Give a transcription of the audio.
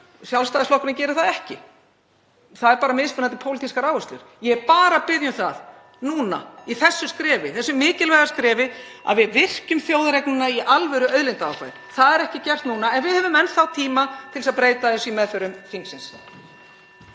Sjálfstæðisflokkurinn gerir það ekki. Það eru bara mismunandi pólitískar áherslur. Ég er bara að biðja um það núna í þessu mikilvæga skrefi að við virkjum þjóðareign í alvöru, auðlindaákvæðið. Það er ekki gert núna en við höfum enn þá tíma til þess að breyta þessu í meðförum þingsins.